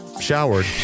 showered